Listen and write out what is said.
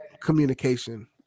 communication